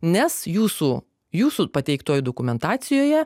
nes jūsų jūsų pateiktoj dokumentacijoje